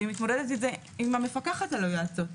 והיא מתמודדת עם המפקחת על היועצות.